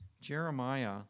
Jeremiah